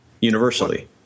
universally